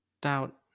doubt